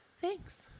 Thanks